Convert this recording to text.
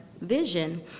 vision